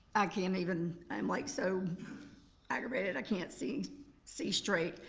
i can't even, i am like so aggravated i can't see see straight.